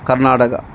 Karnataka